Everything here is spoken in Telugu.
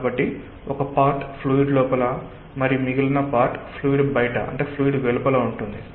కాబట్టి ఒక పార్ట్ ఫ్లూయిడ్ లోపల మరియు మిగిలిన పార్ట్ ఫ్లూయిడ్ వెలుపల ఉంటుంది